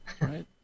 Right